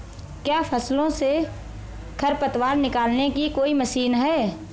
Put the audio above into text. क्या फसलों से खरपतवार निकालने की कोई मशीन है?